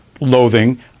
loathing